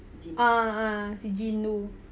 ah ah si jean tu